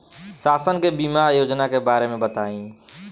शासन के बीमा योजना के बारे में बताईं?